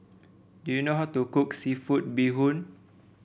do you know how to cook seafood Bee Hoon